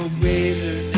greater